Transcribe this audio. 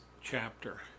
chapter